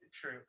true